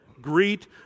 Greet